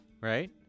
right